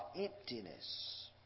emptiness